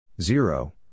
Zero